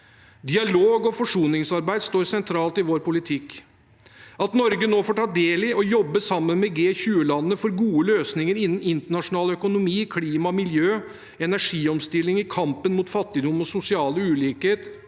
Dialog og forsoningsarbeid står sentralt i vår politikk. At Norge nå får ta del i å jobbe sammen med G20-landene for gode løsninger innen internasjonal økonomi, klima, miljø, energiomstilling, kampen mot fattigdom og sosiale ulikheter,